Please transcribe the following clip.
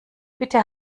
bitte